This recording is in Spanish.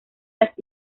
las